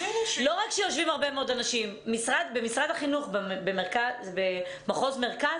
לא רק שיושבים הרבה מאוד אנשים במשרד החינוך במחוז מרכז